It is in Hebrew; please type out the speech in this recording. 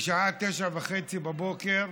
בשעה 09:30,